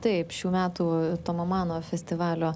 taip šių metų tomo mano festivalio